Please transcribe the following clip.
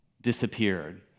disappeared